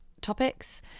topics